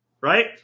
Right